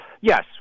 yes